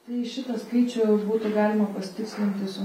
tai šitą skaičių būtų galima pasitikslinti su